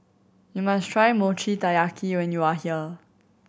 you must try Mochi Taiyaki when you are here